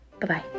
Bye-bye